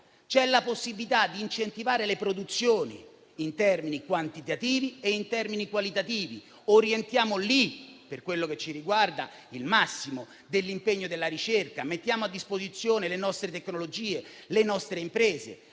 c'è la possibilità di incentivare le produzioni in termini quantitativi e qualitativi. Orientiamo lì, per quello che ci riguarda, il massimo dell'impegno della ricerca; mettiamo a disposizione le nostre tecnologie, le nostre imprese.